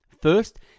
First